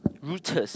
rudest